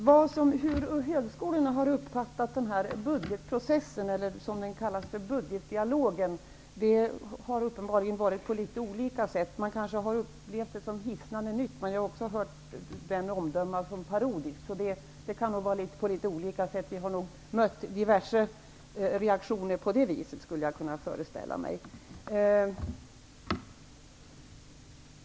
Fru talman! Högskolorna har uppenbarligen uppfattat budgetdialogen, eller budgetprocessen, på litet olika sätt. Man kanske har upplevt det som hisnande nytt. Men jag har också hört omdömet parodiskt. Vi har nog mött diverse reaktioner, skulle jag kunna föreställa mig.